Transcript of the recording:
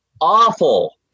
awful